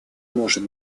может